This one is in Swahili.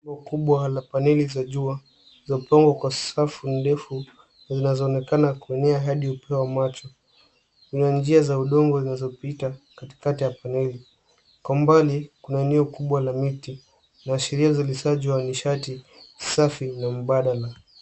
Eneo kubwana paneli za jua za udogo kwa safu ndefu zinazoonekana kuenea adi upeo wa macho kwa safu ya macho, kuna njia za udongo zinazopita katikati ya paneli kwa umbali kuna eneo kubwa la miti la ashiria zilizaa uzalishaji safi na mbadala.